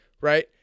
right